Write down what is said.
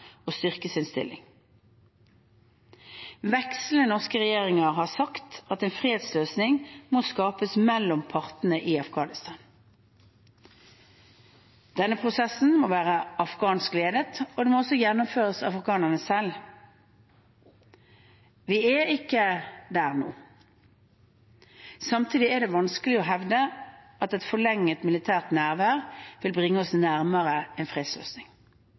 norske regjeringer har sagt at en fredsløsning må skapes mellom partene i Afghanistan. Denne prosessen må være afghansk ledet, og den må også gjennomføres av afghanerne selv. Vi er ikke der nå. Samtidig er det vanskelig å hevde at et forlenget militært nærvær vil bringe oss nærmere en fredsløsning.